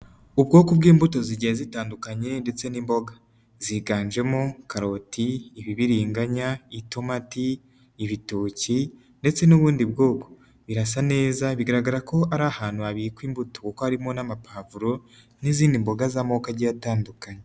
Ubwoko bw'imbuto zigiye zitandukanye ndetse n'imboga, ziganjemo karoti, ibibiringanya, itomati, ibitoki ndetse n'ubundi bwoko, birasa neza, bigaragara ko ari ahantu habikwa imbuto kuko harimo n'amapavuro n'izindi mboga z'amoko agiye atandukanye.